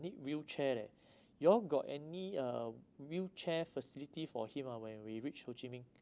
need wheelchair eh you all got any uh wheelchair facility for him ah when we reach ho chi minh